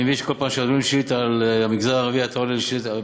אני מבין שכל פעם שעונים על שאילתה על המגזר הערבי אתה עולה לשאילתה.